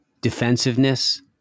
defensiveness